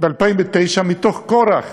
ב-2009 מתוך כורח,